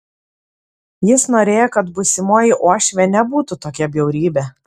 jis norėjo kad būsimoji uošvė nebūtų tokia bjaurybė